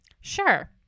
sure